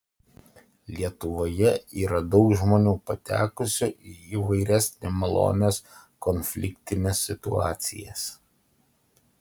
lietuvoje yra daug žmonių patekusių į įvairias nemalonias konfliktines situacijas